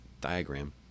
diagram